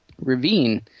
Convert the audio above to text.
ravine